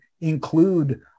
include